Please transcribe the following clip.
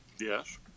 Yes